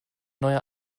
neue